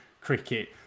cricket